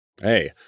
Hey